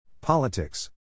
Politics